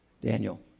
Daniel